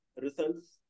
results